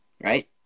Right